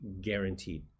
guaranteed